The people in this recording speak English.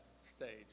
stage